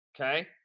okay